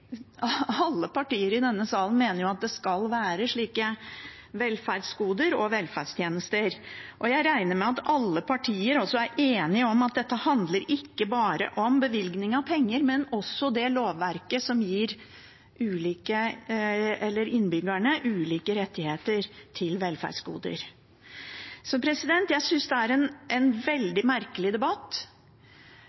skal være slike velferdsgoder og velferdstjenester. Jeg regner med at alle partier også er enige om at dette handler ikke bare om bevilgning av penger, men også om det lovverket som gir innbyggerne ulike rettigheter til velferdsgoder. Jeg synes det er en